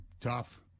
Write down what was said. tough